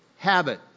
Habit